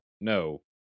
no